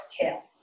Tail